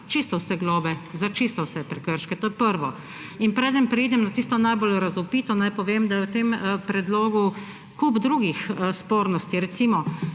čisto vse globe, za čisto vse prekrške. To je prvo. Preden preidem na tisto najbolj razvpito, naj povem, da je v tem predlogu kup drugih spornosti.